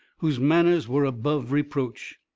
whose manners were above reproach.